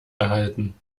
erhalten